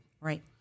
Right